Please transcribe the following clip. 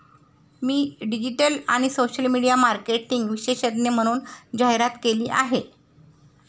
मी digital आणि social media marketing विशेषज्ञ म्हणून जाहिरात केली आहे